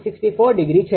64° છે